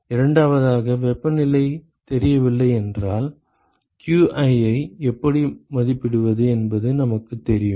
இரண்டாவதாக வெப்பநிலை தெரியவில்லை என்றால் q i ஐ எப்படி மதிப்பிடுவது என்பது நமக்குத் தெரியும்